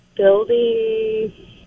Building